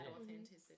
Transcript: authenticity